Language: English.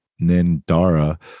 Nindara